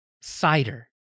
cider